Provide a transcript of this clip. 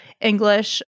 English